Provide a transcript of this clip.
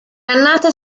annata